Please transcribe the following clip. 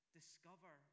discover